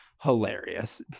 Hilarious